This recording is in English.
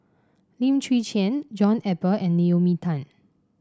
Lim Chwee Chian John Eber and Naomi Tan